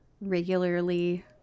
regularly